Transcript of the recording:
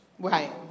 Right